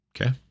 okay